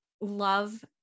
love